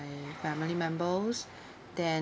family members then